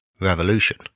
revolution